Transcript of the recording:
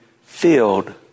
filled